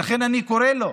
ולכן אני קורא לו